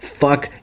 fuck